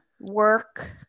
work